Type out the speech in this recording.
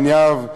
עין-יהב,